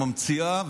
ממציאה,